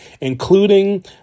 including